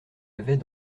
avait